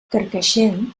carcaixent